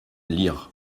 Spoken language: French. lire